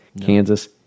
kansas